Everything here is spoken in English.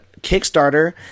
Kickstarter